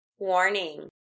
Warning